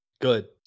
Good